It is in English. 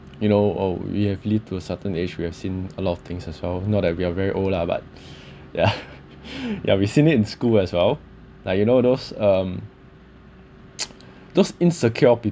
you know or we have live to a certain age we have seen a lot of things as well not that we are very old lah but yeah yeah we've seen it in school as well like you know those um those insecure of people